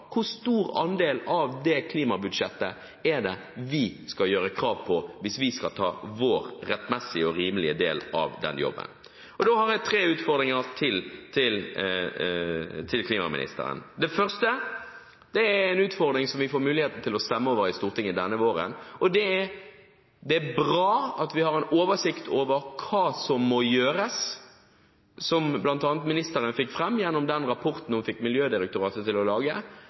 hvor stor andel av det klimabudsjettet vi skal gjøre krav på hvis vi skal ta vår rettmessige og rimelige del av den jobben. Jeg har tre utfordringer til klimaministeren. Det første er en utfordring som vi får mulighet til å stemme over i Stortinget denne våren. Det er bra at vi har en oversikt over hva som må gjøres, som bl.a. ministeren fikk fram gjennom den rapporten hun fikk Miljødirektoratet til å lage.